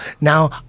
Now